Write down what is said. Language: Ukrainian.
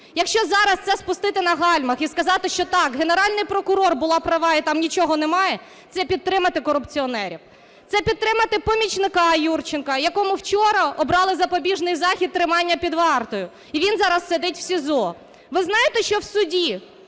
Якщо зараз це спустити на гальмах і сказати, що, так, Генеральний прокурор була права і там нічого немає, - це підтримати корупціонерів, це підтримати помічника Юрченка, якому вчора обрали запобіжний захід тримання під вартою, і він зараз сидить в СІЗО. Ви знаєте, що в суді,